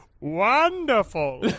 wonderful